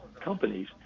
companies